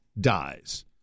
dies